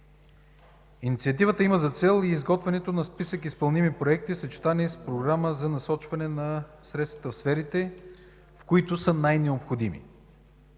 инициативата има за цел и изготвянето на списък от изпълними проекти, съчетани с Програма за насочване на средствата в сферите, в които са най-необходими.